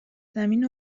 زمین